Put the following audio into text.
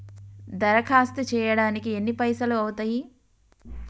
దరఖాస్తు చేయడానికి ఎన్ని పైసలు అవుతయీ?